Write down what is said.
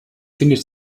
findet